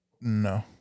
No